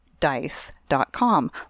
Dice.com